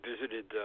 visited